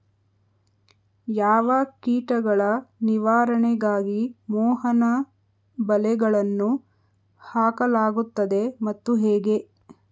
ಯಾವ ಕೀಟಗಳ ನಿವಾರಣೆಗಾಗಿ ಮೋಹನ ಬಲೆಗಳನ್ನು ಹಾಕಲಾಗುತ್ತದೆ ಮತ್ತು ಹೇಗೆ?